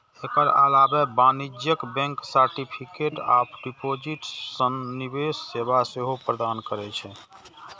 एकर अलावे वाणिज्यिक bank certificate of deposit सन निवेश सेवा सेहो प्रदान करै छै